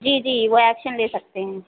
जी जी वो ऐक्शन ले सकते हैं